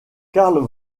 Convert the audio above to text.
carl